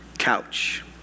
couch